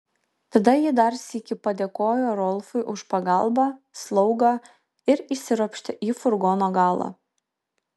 tada ji dar sykį padėkojo rolfui už pagalbą slaugą ir įsiropštė į furgono galą